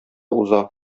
уза